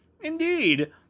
Indeed